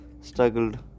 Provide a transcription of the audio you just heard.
struggled